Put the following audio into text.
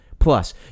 Plus